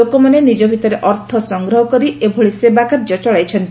ଲୋକମାନେ ନିକ ଭିତରେ ଅର୍ଥ ସଂଗ୍ରହ କରି ଏଭଳି ସେବା କାର୍ଯ୍ୟ ଚଳାଇଛନ୍ତି